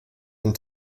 and